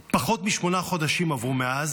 פחות משמונה חודשים עברו מאז,